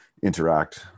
Interact